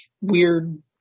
weird